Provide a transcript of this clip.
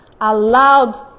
allowed